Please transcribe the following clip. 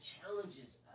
challenges